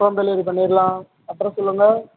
home delivery பண்ணிரலாம் அப்புறம் சொல்லுங்கள்